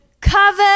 cover